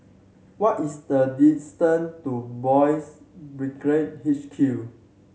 what is the distance to Boys' Brigade H Q